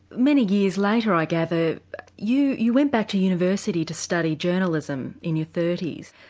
many years later i gather you you went back to university to study journalism in your thirty s.